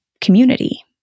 community